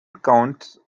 counts